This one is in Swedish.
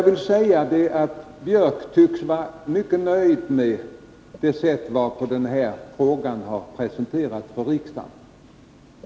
Gunnar Björk tycks vara mycket nöjd med det sätt varpå denna fråga har presenterats för riksdagen.